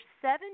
seven